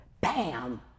Bam